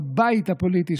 בבית הפוליטי,